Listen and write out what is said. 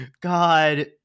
God